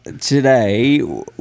today